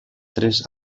tres